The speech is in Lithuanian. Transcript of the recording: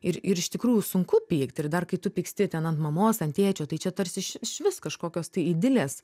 ir ir iš tikrųjų sunku pykt ir dar kai tu pyksti ten ant mamos ant tėčio tai čia tarsi iš išvis kažkokios tai idilės